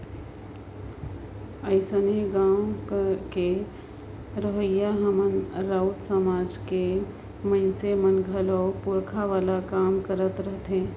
अइसने गाँव कर रहोइया हमर राउत समाज कर मइनसे मन घलो पूरखा वाला काम करत रहथें